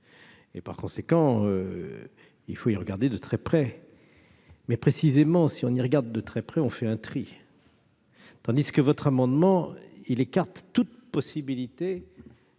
Par conséquent, il faut y regarder de très près. Précisément, si l'on regarde de très près, on fait un tri, tandis que votre amendement écarte toute possibilité